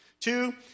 Two